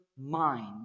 mind